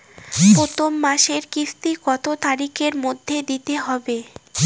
প্রথম মাসের কিস্তি কত তারিখের মধ্যেই দিতে হবে?